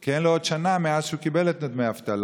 כי אין להם עדיין שנה מאז שהם קיבלו את דמי האבטלה.